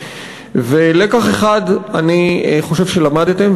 ולקח אחד אני חושב שלמדתם,